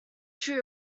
true